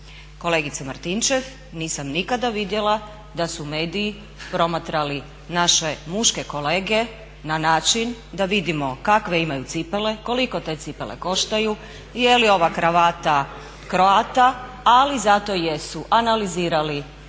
Kolegice Martinčev, nisam nikada vidjela da su mediji promatrali naše muške kolege na način da vidimo kakve imaju cipele, koliko te cipele koštaju i je li ova kravata Croata, ali zato jesu analizirali